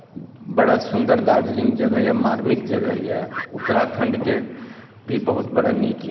बड़ा सुन्दर दार्जिलिंग जगह यऽ मार्मिक जगह यऽ उत्तराखंडके भी बहुत बड़ा नीक यऽ